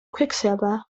quicksilver